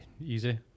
easy